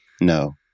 no